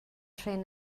trên